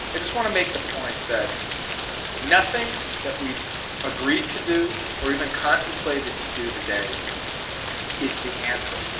i just want to make the point that nothing that we've agreed to do or even contemplated to do today is the answer.